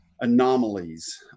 anomalies